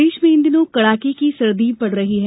मौसम प्रदेश में इन दिनों कड़ाके की सर्दी पड़ रही है